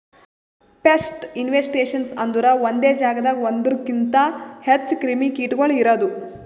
pest infestations ಅಂದುರ್ ಒಂದೆ ಜಾಗದಾಗ್ ಒಂದೂರುಕಿಂತ್ ಹೆಚ್ಚ ಕ್ರಿಮಿ ಕೀಟಗೊಳ್ ಇರದು